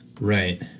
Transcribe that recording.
Right